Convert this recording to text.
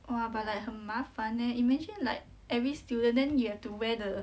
!wah! but like 很麻烦 leh imagine like every student then you have to wear the